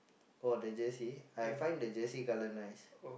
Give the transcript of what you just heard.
oh the jersey I find the jersey colour nice